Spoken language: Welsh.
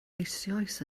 eisoes